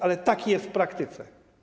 Ale tak jest w praktyce.